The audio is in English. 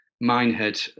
Minehead